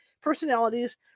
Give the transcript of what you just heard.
personalities